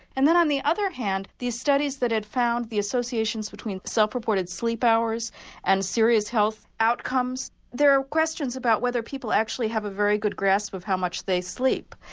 and then on the other hand these studies that had found the associations between self-reported sleep hours and serious health outcomes, there were questions about whether people actually have a very good grasp of how much they sleep.